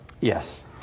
Yes